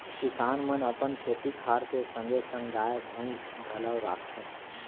किसान मन अपन खेती खार के संगे संग गाय, भईंस घलौ राखथें